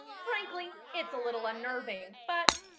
frankly, it's a little unnerving. but,